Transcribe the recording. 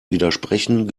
widersprechen